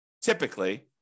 typically